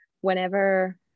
whenever